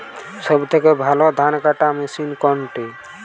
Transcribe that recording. সবথেকে ভালো ধানকাটা মেশিন কোনটি?